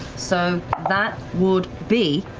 so that would be.